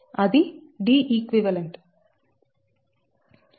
అది Deq